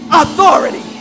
authority